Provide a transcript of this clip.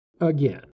again